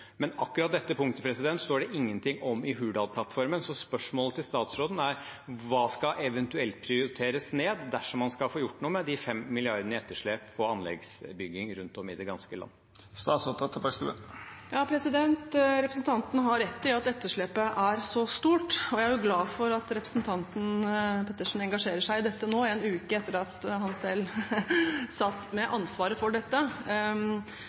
men akkurat dette punktet står det ingenting om i Hurdalsplattformen. Så spørsmålet til statsråden er: Hva skal eventuelt prioriteres ned dersom man skal få gjort noe med de fem milliardene i etterslep på anleggsbygging rundt om i det ganske land? Representanten har rett i at etterslepet er så stort. Jeg er glad for at representanten Pettersen engasjerer seg i dette nå, en uke etter at han selv satt med ansvaret for dette